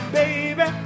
baby